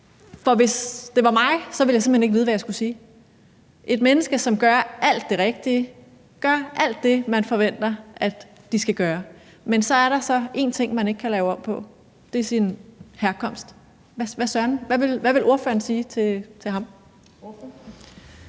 For hvis det var mig, ville jeg simpelt hen ikke vide, hvad jeg skulle sige. Der er tale om et menneske, der gør alt det rigtige, gør alt det, man forventer vedkommende skal gøre, men så er der så en ting, man ikke kan lave om på, og det er ens herkomst. Hvad vil ordføreren sige til